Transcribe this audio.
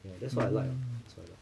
ya that's why I like ah that's why lah